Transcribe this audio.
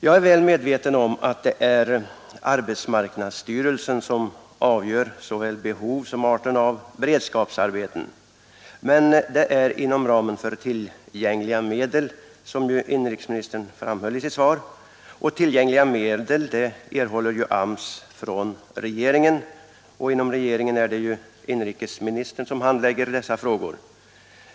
Jag är väl medveten om att det är arbetsmarknadsstyrelsen som avgör såväl behovet som arten av beredskapsarbeten, men det sker inom ramen för tillgängliga medel, som ju inrikesministern framhöll i sitt svar. Tillgängliga medel erhåller ju AMS från regeringen, och inom regeringen är det inrikesministern som handlägger dessa frågor.